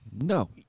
No